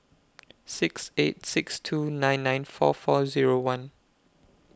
six eight six two nine nine four four Zero one